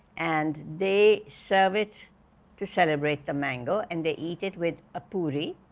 and they serve it to celebrate the mango and they eat it with a puri,